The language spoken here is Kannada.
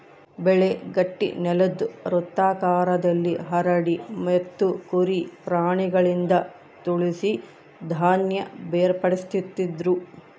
ಬೆಳೆ ಗಟ್ಟಿನೆಲುದ್ ವೃತ್ತಾಕಾರದಲ್ಲಿ ಹರಡಿ ಎತ್ತು ಕುರಿ ಪ್ರಾಣಿಗಳಿಂದ ತುಳಿಸಿ ಧಾನ್ಯ ಬೇರ್ಪಡಿಸ್ತಿದ್ರು